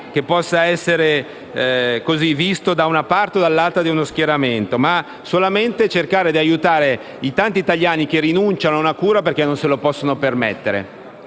che lo si guardi da una parte o dall'altra di uno schieramento. Occorre solamente cercare di aiutare i tanti italiani che rinunciano ad una cura perché non se lo possono permettere.